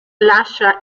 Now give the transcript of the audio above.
lascia